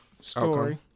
story